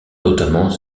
notamment